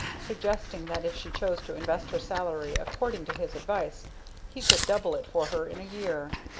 suggesting that if she chose to invest her salary according to his advice he could double it for her in a year,